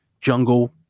jungle